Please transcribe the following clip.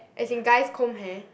as in guys comb hair